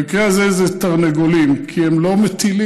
במקרה הזה זה תרנגולים, כי הם לא מטילים.